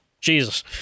Jesus